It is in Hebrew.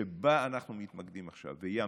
שבה אנחנו מתמקדים עכשיו, והיא